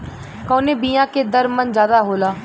कवने बिया के दर मन ज्यादा जाला?